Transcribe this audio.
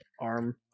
arm